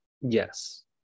Yes